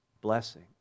blessing